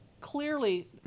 Clearly